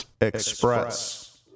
Express